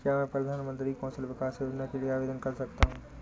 क्या मैं प्रधानमंत्री कौशल विकास योजना के लिए आवेदन कर सकता हूँ?